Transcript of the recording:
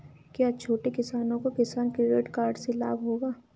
क्या छोटे किसानों को किसान क्रेडिट कार्ड से लाभ होगा?